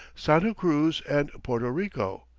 santa-cruz, and porto-rico,